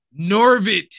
Norbit